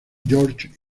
george